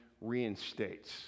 reinstates